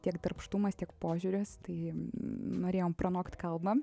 tiek darbštumas tiek požiūris tai norėjom pramokt kalbą